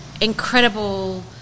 incredible